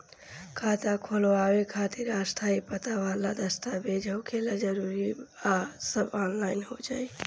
खाता खोलवावे खातिर स्थायी पता वाला दस्तावेज़ होखल जरूरी बा आ सब ऑनलाइन हो जाई?